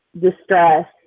distress